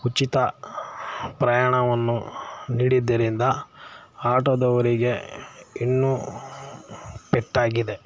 ಉಚಿತ ಪ್ರಯಾಣವನ್ನು ನೀಡಿದ್ದರಿಂದ ಆಟೋದವರಿಗೆ ಇನ್ನೂ ಪೆಟ್ಟಾಗಿದೆ